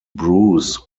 bruce